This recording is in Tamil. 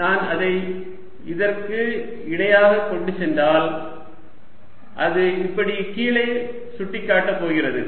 நான் அதை இதற்கு இணையாகக் கொண்டு சென்றால் அது இப்படி கீழே சுட்டிக்காட்ட போகிறது